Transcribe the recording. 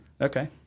Okay